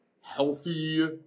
healthy